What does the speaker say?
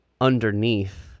underneath